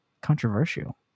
Controversial